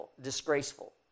disgraceful